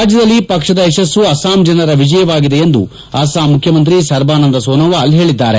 ರಾಜ್ಯದಲ್ಲಿ ಪಕ್ಷದ ಯಶಸ್ಸು ಅಸ್ಲಾಂ ಜನರ ವಿಜಯವಾಗಿದೆ ಎಂದು ಅಸ್ಲಾಂ ಮುಖ್ಯಮಂತ್ರಿ ಸರ್ಬಾನಂದ ಸೋನೊವಾಲ್ ಹೇಳಿದ್ದಾರೆ